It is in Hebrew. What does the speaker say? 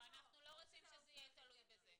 לא, אנחנו לא רוצים שזה יהיה תלוי בזה.